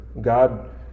God